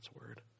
word